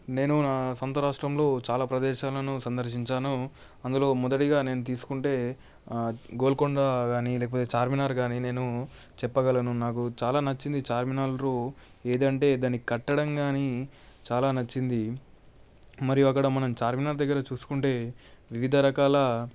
నేను నా సొంత రాష్ట్రంలో చాలా ప్రదేశాలను సందర్శించాను అందులో మొదటిగా నేను తీసుకుంటే గోల్కొండ కానీ లేకపోతే చార్మినార్ కానీ నేను చెప్పగలను నాకు చాలా నచ్చింది చార్మినారు ఏదంటే దాని కట్టడం కానీ చాలా నచ్చింది మరియు అక్కడ మనం చార్మినార్ దగ్గర చూసుకుంటే వివిధ రకాల